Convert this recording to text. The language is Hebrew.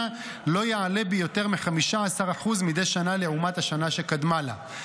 לא יעלה ביותר מ-15% מדי שנה לעומת השנה שקדמה לה.